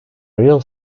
real